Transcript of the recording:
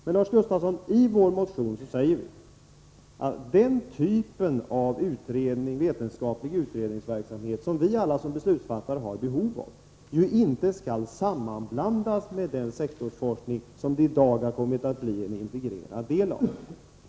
Men, Lars Gustafsson, i vår motion säger vi att den typen av vetenskaplig utredningsverksamhet som vi alla i egenskap av beslutsfattare har behov av inte skall sammanblandas med den sektorsforskning som denna verksamhet i dag har kommit att bli en integrerad del av.